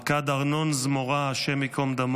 פקד ארנון זמורה הי"ד,